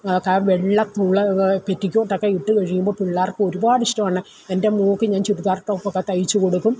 വെള്ള പുള്ള പെറ്റിക്കോട്ടൊക്കെ ഇട്ട് കഴിയുമ്പോൾ പിള്ളാർക്കൊരുപാടിഷ്ടമാണ് എൻ്റെ മകൾക്ക് ഞാൻ ചുരിദാർ ട്ടോപ്പൊക്കെ തയ്ച്ചു കൊടുക്കും